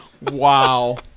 Wow